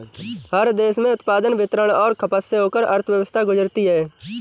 हर देश में उत्पादन वितरण और खपत से होकर अर्थव्यवस्था गुजरती है